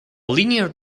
linear